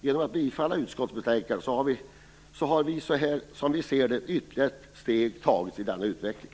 Genom att bifalla utskottets hemställan i betänkandet tas, som vi ser det, ytterligare ett steg mot denna utveckling.